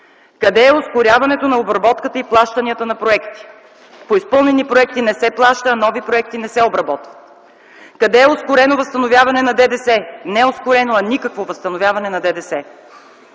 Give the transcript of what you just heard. Къде е ускоряването на обработката и плащанията на проектите? По изпълнени проекти не се плаща, а нови проекти не се обработват. Къде е ускорено възстановяването на ДДС? Не ускорено, а никакво възстановяване на ДДС.